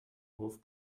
hof